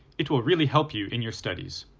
it will really help you in your studies.